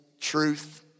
truth